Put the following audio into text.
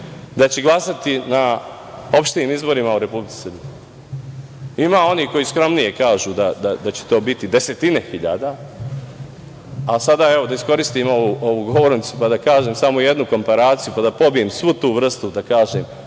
da će glasati na izborima u Republici Srbiji. Ima onih koji skromnije kažu da će to biti desetine hiljada, ali sada da iskoristim ovu govornicu pa da kažem samo jednu komparaciju, pa da pobijem svu tu vrstu, da kažem,